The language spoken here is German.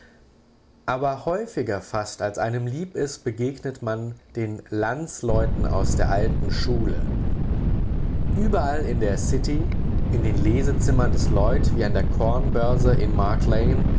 aber häufiger fast als einem lieb ist begegnet man den landsleuten aus der alten schule überall in der city in den lesezimmern des lloyd wie an der kornbörse in